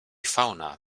fauna